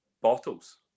bottles